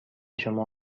شما